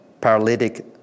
paralytic